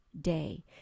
day